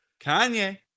kanye